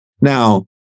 Now